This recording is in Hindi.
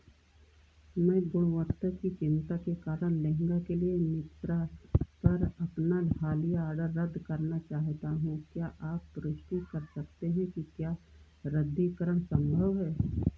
मैं गुणवत्ता की चिंता के कारण लेहंगा के लिए मिंत्रा पर अपना हालिया ऑर्डर रद्द करना चाहता हूँ क्या आप पुष्टि कर सकते हैं कि क्या रद्दीकरण संभव है